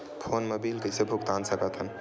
Phone मा bill कइसे भुक्तान साकत हन?